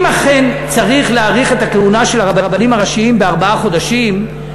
אם אכן צריך להאריך את הכהונה של הרבנים הראשיים בארבעה חודשים,